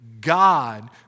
God